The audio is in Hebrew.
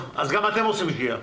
אז גם אתם עושים שגיאה.